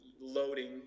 loading